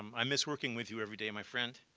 um i miss working with you every day, my friend.